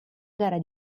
gara